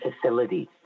facilities